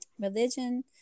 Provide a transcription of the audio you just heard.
Religion